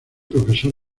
profesor